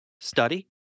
study